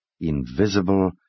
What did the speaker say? invisible